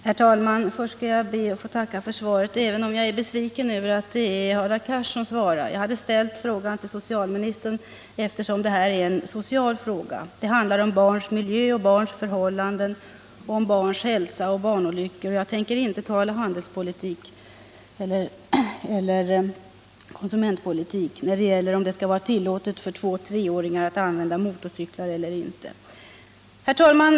Herr talman! Jag vill börja med att tacka för svaret, även om jag är besviken över att det är Hadar Cars som svarar. Jag hade ställt frågan till socialministern, eftersom det är en social fråga. Det handlar om barns miljö och barns förhållanden, om barns hälsa och barnolyckor, och jag tänker inte tala handelspolitik eller konsumentpolitik när det gäller att diskutera om det skall vara tillåtet för två-treåringar att använda motorcyklar eller inte. Herr talman!